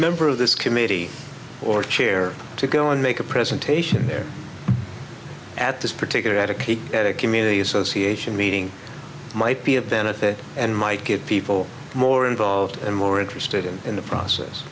member of this committee or chair to go and make a presentation there at this particular advocate at a community association meeting might be of benefit and might get people more involved and more interested in the process